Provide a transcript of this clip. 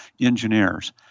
engineers